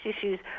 issues